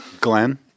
Glenn